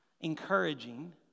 encouraging